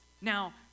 now